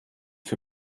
für